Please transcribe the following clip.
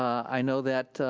i know that